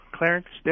Clarence